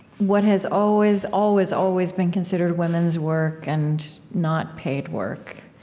what has always, always, always been considered women's work and not paid work.